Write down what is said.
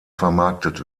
vermarktet